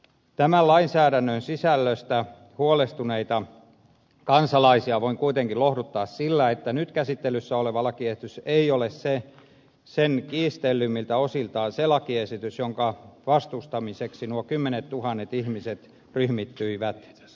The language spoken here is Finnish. tämän lainsäädännön sisällöstä huolestuneita kansalaisia voin kuitenkin lohduttaa sillä että nyt käsittelyssä oleva lakiesitys ei ole kiistellyimmiltä osiltaan se lakiesitys jonka vastustamiseksi nuo kymmenettuhannet ihmiset ryhmittyivät